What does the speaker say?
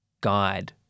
guide